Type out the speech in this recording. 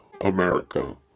America